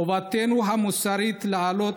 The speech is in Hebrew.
חובתנו המוסרית להעלות,